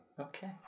Okay